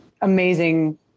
amazing